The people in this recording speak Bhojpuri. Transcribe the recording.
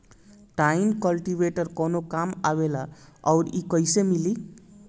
टाइन कल्टीवेटर कवने काम आवेला आउर इ कैसे मिली?